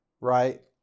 right